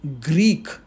Greek